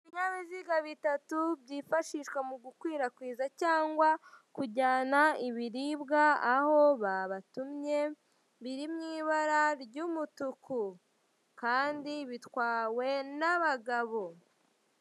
Ibinyabiziga bitatu byifashishwa mu gukwirakwiza cyangwa kujyana ibiribwa aho babatumye biri mu ibara ry'umutuku kandi bitwawe n'abagabo.